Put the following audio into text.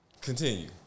continue